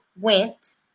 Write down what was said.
went